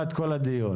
קוידר.